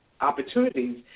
opportunities